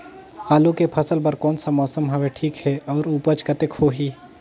आलू के फसल बर कोन सा मौसम हवे ठीक हे अउर ऊपज कतेक होही?